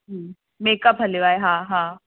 हम्म makeup हलियो आहे हा हा